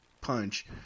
punch